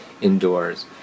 indoors